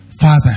Father